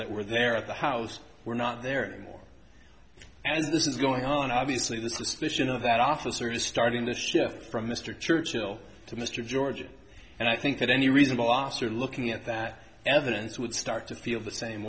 that were there at the house were not there anymore as this is going on obviously the suspicion of that officer is starting to shift from mr churchill to mr george and i think that any reasonable officer looking at that evidence would start to feel the same